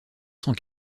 sans